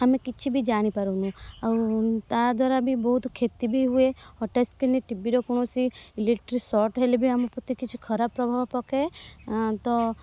ଆମେ କିଛି ବି ଜାଣିପାରୁନୁ ଆଉ ତା ଦ୍ୱାରା ବି ବହୁତ କ୍ଷତି ବି ହୁଏ ହଟାତ୍ ସ୍କ୍ରିନ୍ରେ ଟିଭିର କୌଣସି ଇଲେକ୍ଟ୍ରି୍କ୍ ସର୍ଟ୍ ହେଲେବି ଆମ ପ୍ରତି କିଛି ଖରାପ ପ୍ରଭାବ ପକାଏ ତ